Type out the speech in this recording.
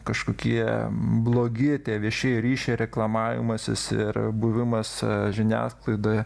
kažkokie blogi tie viešieji ryšiai reklamavimasis ir buvimas žiniasklaidoj